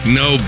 no